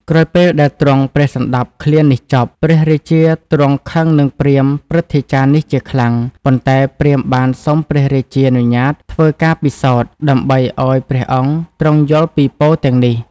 ក្រោយពេលដែលទ្រង់ព្រះសណ្តាប់ឃ្លានេះចប់ ព្រះរាជាទ្រង់ខឹងនឹងព្រាហ្មណ៍ព្រឹទ្ធាចារ្យនេះជាខ្លាំង ប៉ុន្តែព្រាហ្មណ៍បានសុំព្រះរាជានុញ្ញាតធ្វើការពិសោធន៍ ដើម្បីឲ្យព្រះអង្គទ្រង់យល់ពីពរទាំងនេះ។